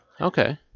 Okay